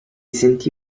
sentì